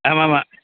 ஆமாம் ஆமாம்